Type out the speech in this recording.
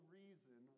reason